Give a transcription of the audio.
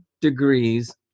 degrees